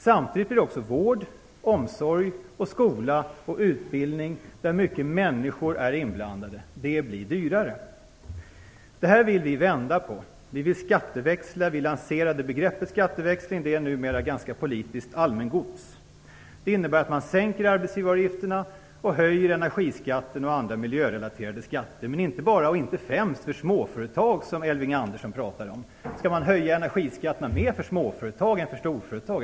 Samtidigt blir också vård, omsorg, skola och utbildning, där många människor är inblandade, dyrare. Det här vill vi ändra på - vi vill skatteväxla. Vi lanserade begreppet skatteväxling - det är numera nästan politiskt allmängods. Det innebär att man sänker arbetsgivaravgifterna och höjer energiskatter och andra miljörelaterade skatter, men inte bara och inte främst för småföretag, som Elving Andersson pratade om. Skall man höja energiskatterna mer för småföretag än för storföretag?